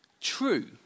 True